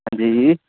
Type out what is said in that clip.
ਹਾਂਜੀ ਜੀ